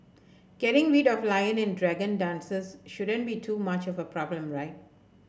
getting rid of lion and dragon dances shouldn't be too much of a problem right